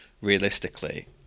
realistically